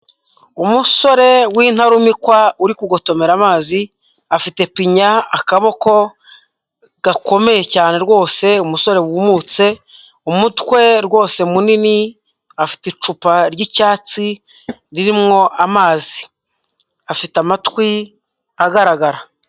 Umusore w'intarumikwa uri kugotomera amazi, afite pinya akaboko gakomeye cyane rwose, umusore wumutse, umutwe rwose munini, afite icupa ry'icyatsi ririmo, amazi afite amatwi agaragara.